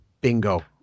Bingo